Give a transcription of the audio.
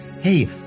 Hey